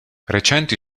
recenti